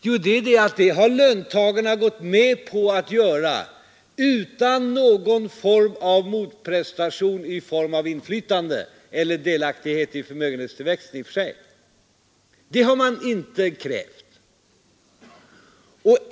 Jo, det är att tidigare har löntagarna gått med på detta utan att kräva någon motprestation i form av inflytande eller delaktighet i förmögenhetstillväxten.